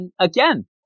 again